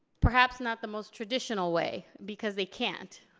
perhaps not the most traditional way because they can't,